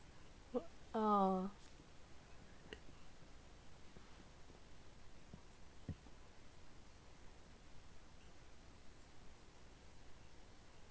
uh